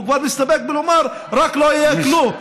הוא כבר הסתפק בלומר רק: לא יהיה כלום,